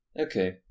Okay